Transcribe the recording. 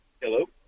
Hello